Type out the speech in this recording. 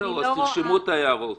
תרשמו את ההערות.